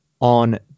on